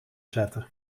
zetten